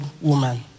woman